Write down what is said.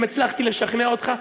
אם הצלחתי לשכנע אותך,